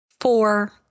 four